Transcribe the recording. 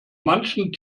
manchen